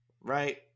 right